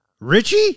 Richie